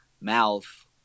mouth